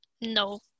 No